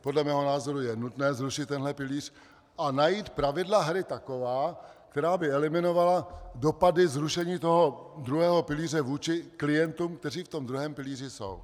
Podle mého názoru je nutné zrušit tenhle pilíř a najít pravidla hry taková, která by eliminovala dopady zrušení druhého pilíře vůči klientům, kteří v tom druhém pilíři jsou.